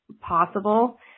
possible